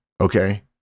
okay